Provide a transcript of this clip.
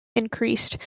increased